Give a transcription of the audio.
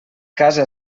casa